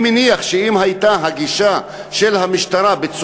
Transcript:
אני מניח שאם הגישה של המשטרה הייתה